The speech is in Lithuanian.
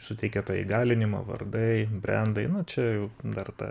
suteikia tą įgalinimą vardai brendai no čia dar ta